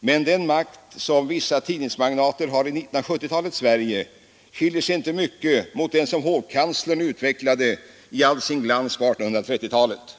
men den makt som vissa tidningsmagnater har i 1970-talets Sverige skiljer sig inte mycket från den som hovkanslern utvecklade i all sin glans på 1830-talet.